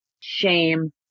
shame